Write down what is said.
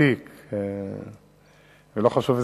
רצוני